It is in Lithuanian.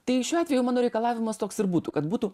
tai šiuo atveju mano reikalavimas toks ir būtų kad būtų